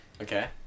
okay